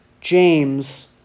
James